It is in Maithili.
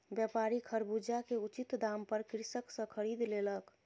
व्यापारी खरबूजा के उचित दाम पर कृषक सॅ खरीद लेलक